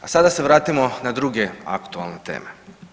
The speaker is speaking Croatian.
A sada se vratimo na druge aktualne teme.